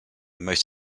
most